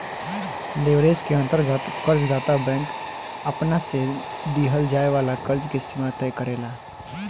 leverage के अंतर्गत कर्ज दाता बैंक आपना से दीहल जाए वाला कर्ज के सीमा तय करेला